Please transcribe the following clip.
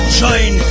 join